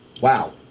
Wow